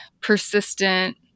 persistent